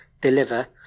deliver